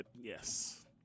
yes